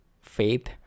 faith